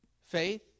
Faith